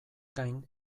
gain